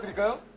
go!